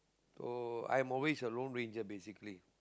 so I'm always a lone ranger basically